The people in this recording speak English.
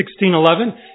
1611